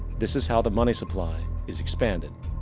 this is how the money supply is expanded.